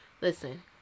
listen